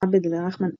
עבד-אל-רחמן אל-עקווה,